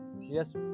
yes